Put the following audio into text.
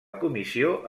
comissió